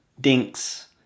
dinks